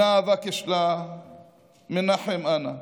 / אנה אבקש לה מנחם אנה.